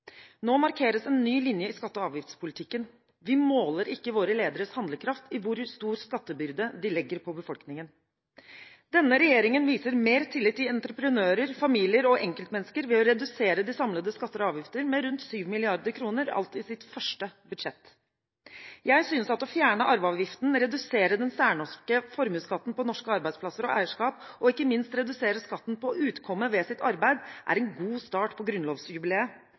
Nå markeres en ny linje i skatte- og avgiftspolitikken. Vi måler ikke våre lederes handlekraft på hvor stor skattebyrde de legger på befolkningen. Denne regjeringen viser mer tillit til entreprenører, familier og enkeltmennesker ved å redusere de samlede skatter og avgifter med rundt 7 mrd. kr alt i sitt første budsjett. Jeg synes at å fjerne arveavgiften, redusere den særnorske formuesskatten på norske arbeidsplasser og eierskap, og ikke minst å redusere skatten på «utkomme ved sitt arbeid» er en god start på grunnlovsjubileet.